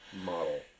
model